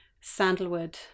sandalwood